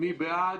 מי בעד?